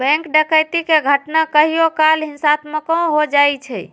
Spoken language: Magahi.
बैंक डकैती के घटना कहियो काल हिंसात्मको हो जाइ छइ